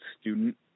student